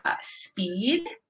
speed